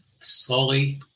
slowly